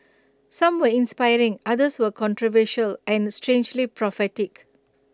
some were inspiring others were controversial and strangely prophetic